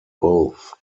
both